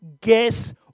guess